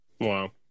wow